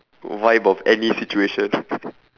vibe of any situation